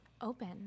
open